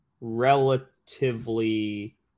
relatively